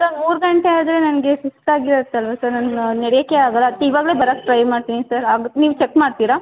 sir ಮೂರು ಗಂಟೆಯಾದರೆ ನನಗೆ ಸುಸ್ತಾಗಿರುತ್ತೆ ಅಲ್ವ ಸರ್ ನನ್ನ ನಡಿಯೋಕ್ಕೆ ಆಗೋಲ್ಲ ಅದಕ್ಕೆ ಇವಾಗಲೇ ಬರೋಕ್ಕೆ ಟ್ರೈ ಮಾಡ್ತೀನಿ ಸರ್ ಆಗ ನೀವು ಚೆಕ್ ಮಾಡ್ತೀರಾ